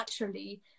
naturally